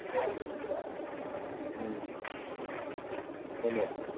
ꯎꯝ ꯍꯣꯏꯅꯦ